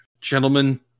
Gentlemen